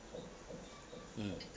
mmhmm